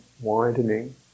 widening